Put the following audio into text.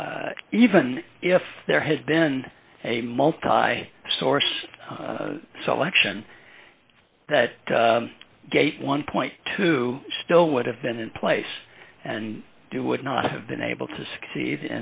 even if there had been a multi source selection that gate one point two still would have been in place and you would not have been able to succeed